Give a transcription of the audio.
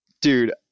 Dude